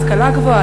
השכלה גבוהה,